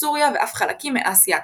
סוריה ואף חלקים מאסיה הקטנה.